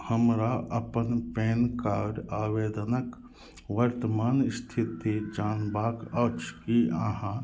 हमरा अपन PAN card आवेदनके वर्तमान इस्थिति जानबाक अछि कि अहाँ